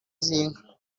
z’inka